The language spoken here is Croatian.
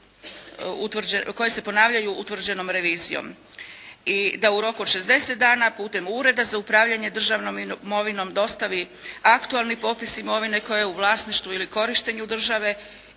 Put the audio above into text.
koje se ponavljaju utvrđenom revizijom i da u roku od 60 dana putem Ureda za upravljanje državnom imovinom dostavi aktualni popis imovine koja je u vlasništvu ili korištenju države